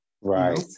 right